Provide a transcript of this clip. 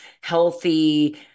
healthy